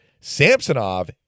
Samsonov